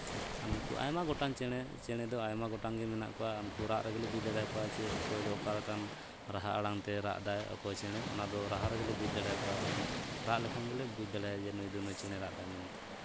ᱟᱨ ᱱᱩᱠᱩ ᱟᱭᱢᱟ ᱜᱚᱴᱟᱝ ᱪᱮᱬᱮ ᱪᱮᱬᱮ ᱫᱚ ᱟᱭᱢᱟ ᱜᱚᱴᱟᱝ ᱜᱮ ᱢᱮᱱᱟᱜ ᱠᱚᱣᱟ ᱩᱱᱠᱩ ᱨᱟᱜ ᱨᱮᱜᱮᱞᱮ ᱵᱩᱡᱽ ᱫᱟᱲᱮ ᱠᱚᱣᱟᱡᱮ ᱚᱠᱚᱭ ᱫᱚ ᱚᱠᱟ ᱞᱮᱠᱟᱱ ᱨᱟᱦᱟ ᱟᱲᱟᱝᱛᱮ ᱨᱟᱜ ᱮᱫᱟᱭ ᱚᱠᱚᱭ ᱪᱮᱬᱮ ᱟᱫᱚ ᱨᱟᱦᱟ ᱨᱮᱜᱮᱞᱮ ᱵᱩᱡᱽ ᱫᱟᱲᱮ ᱠᱚᱣᱟ ᱩᱱᱤ ᱨᱟᱜ ᱞᱮᱠᱷᱟᱱᱜᱮ ᱵᱩᱡᱽ ᱫᱟᱲᱮᱭᱟᱜᱼᱟ ᱱᱩᱭᱫᱚ ᱱᱩᱭ ᱪᱮᱬᱮ ᱨᱟᱜ ᱮᱫᱟᱭ ᱢᱮᱱᱛᱮ